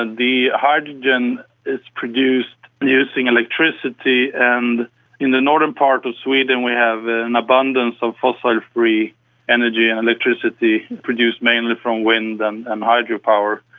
and the hydrogen that's produced using electricity and in the northern part of sweden we have an abundance of fossil-free energy, and electricity produced mainly from wind and um hydropower.